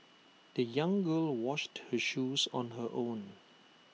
the young girl washed her shoes on her own